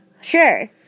Sure